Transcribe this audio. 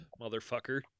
motherfucker